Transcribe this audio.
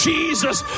Jesus